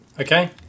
Okay